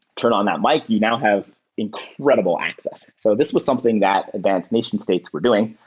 turn on that mic. you now have incredible access. so this was something that advanced nation states were doing.